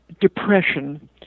depression